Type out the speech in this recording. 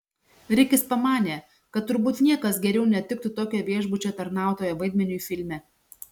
rikis pamanė kad turbūt niekas geriau netiktų tokio viešbučio tarnautojo vaidmeniui filme